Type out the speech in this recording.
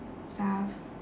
stuff